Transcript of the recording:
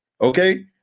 Okay